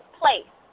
place